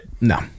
No